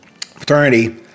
fraternity